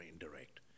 indirect